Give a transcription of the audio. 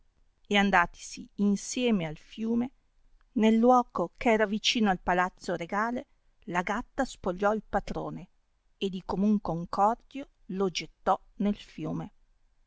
e andatisi insieme al fiume nel luoco eh era vicino al palazzo regale la gatta spogliò il patrone e di commun concordio lo gettò nel fiume